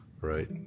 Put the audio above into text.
Right